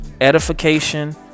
edification